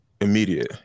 immediate